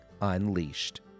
unleashed